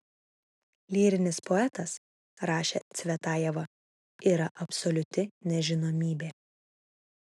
lyrinis poetas rašė cvetajeva yra absoliuti nežinomybė